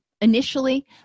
initially